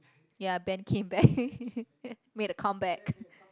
ya band came back made a comeback